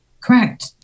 Correct